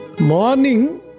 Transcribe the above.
Morning